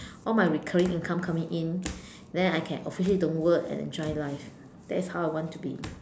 all my recurring income coming in then I can obviously don't work and enjoy life that's how I want to be